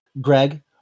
Greg